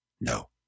No